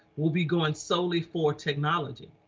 we'll be going solely for technology.